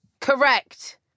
Correct